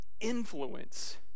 influence